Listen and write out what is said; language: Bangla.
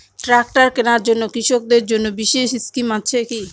ট্রাক্টর কেনার জন্য কৃষকদের জন্য বিশেষ স্কিম আছে কি?